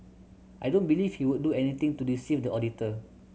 I don't believe he would do anything to deceive the auditor